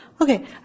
Okay